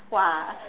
!wah!